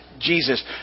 Jesus